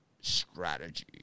strategy